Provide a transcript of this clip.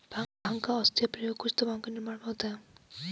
भाँग का औषधीय प्रयोग कुछ दवाओं के निर्माण में होता है